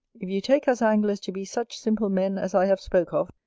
if you take us anglers to be such simple men as i have spoke of,